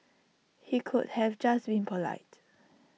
he could have just been polite